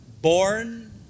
born